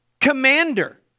commander